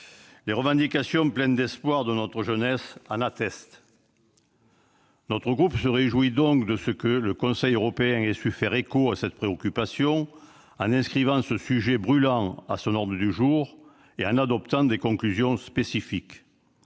Les revendications pleines d'espoir de notre jeunesse en attestent. Notre groupe se réjouit que le Conseil européen ait su faire écho à une telle préoccupation en inscrivant ce sujet brûlant à son ordre du jour et en adoptant des conclusions spécifiques.